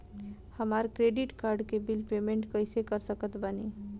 हमार credit card के bill payment कइसे कर सकत बानी?